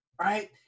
right